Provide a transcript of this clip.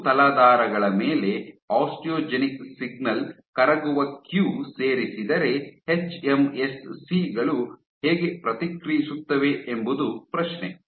ಮೃದು ತಲಾಧಾರಗಳ ಮೇಲೆ ಆಸ್ಟಿಯೋಜೆನಿಕ್ ಸಿಗ್ನಲ್ ಕರಗುವ ಕ್ಯೂ ಸೇರಿಸಿದರೆ ಎಚ್ಎಂಎಸ್ಸಿ ಗಳು ಹೇಗೆ ಪ್ರತಿಕ್ರಿಯಿಸುತ್ತವೆ ಎಂಬುದು ಪ್ರಶ್ನೆ